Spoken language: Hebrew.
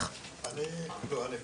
גם במשרד